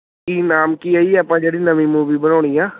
ਕੀ ਨਾਮ ਕੀ ਹੈ ਜੀ ਆਪਾਂ ਜਿਹੜੀ ਨਵੀਂ ਮੂਵੀ ਬਣਾਉਣੀ ਆ